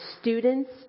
students